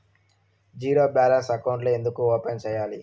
zero balance అకౌంట్లు ఎందుకు open సేయాలి